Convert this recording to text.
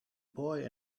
boy